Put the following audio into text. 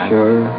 Sure